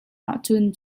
ahcun